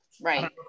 right